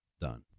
done